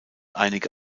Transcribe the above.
einige